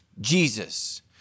Jesus